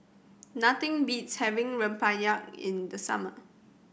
nothing beats having rempeyek in the summer